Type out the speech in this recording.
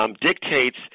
dictates